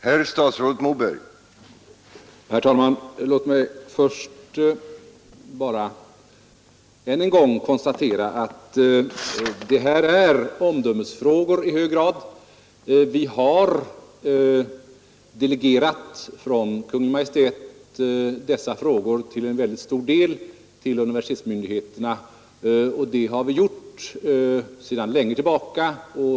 Herr talman! Låt mig först än en gång konstatera att det i detta sammanhang i hög grad gäller omdömesfrågor. Vi har sedan lång tid tillbaka i mycket stor utsträckning delegerat dessa frågor från Kungl. Maj:t till universitetsmyndigheterna.